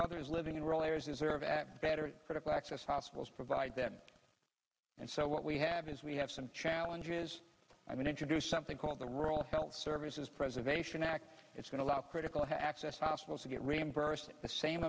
others living in rural areas deserve a better critical access hospitals provide them and so what we have is we have some challenges i mean introduce something called the rural health services preservation act it's going to allow critical s possible to get reimbursed the same